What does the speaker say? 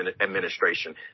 administration